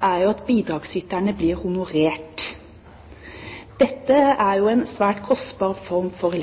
er at bidragsyterne blir honorert. Det er jo en svært kostbar form for